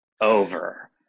over